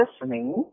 listening